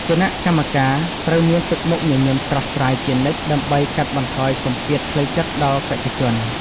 គណៈកម្មការត្រូវមានទឹកមុខញញឹមស្រស់ស្រាយជានិច្ចដើម្បីកាត់បន្ថយសម្ពាធផ្លូវចិត្តដល់បេក្ខជន។